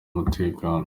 umutekano